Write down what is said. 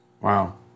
Wow